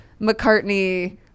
mccartney